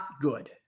good